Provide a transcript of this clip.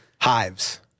hives